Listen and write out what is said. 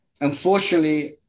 Unfortunately